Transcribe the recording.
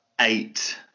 Eight